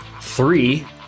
three